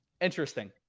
Interesting